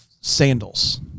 sandals